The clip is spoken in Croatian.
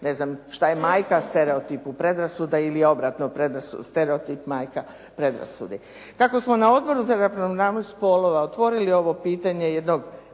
ne znam šta je majka stereotipu, predrasuda ili obratno, stereotip majka predrasudi. Tako smo na Odboru za ravnopravnost spolova otvorili ovo pitanje jednog